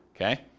Okay